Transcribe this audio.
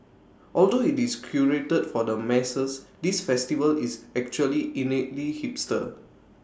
although IT is curated for the masses this festival is actually innately hipster